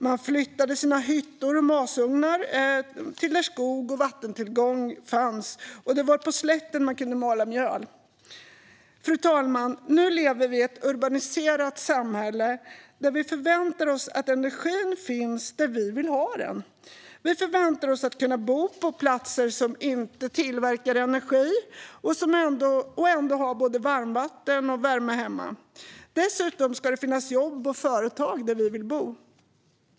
Man flyttade sina hyttor och masugnar dit där skog och vattentillgång fanns, och det var på slätten man kunde mala mjöl. Fru talman! Nu lever vi i ett urbaniserat samhälle där vi förväntar oss att energin finns där vi vill ha den. Vi förväntar oss att kunna bo på platser som inte tillverkar energi och ändå ha både varmvatten och värme hemma. Dessutom ska det finnas jobb och företag där vi vill bo.